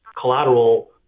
collateral